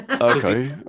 Okay